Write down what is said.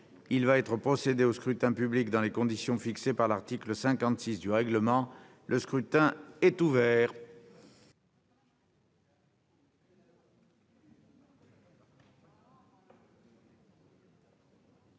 Il va être procédé au scrutin dans les conditions fixées par l'article 56 du règlement. Le scrutin est ouvert.